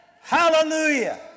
Hallelujah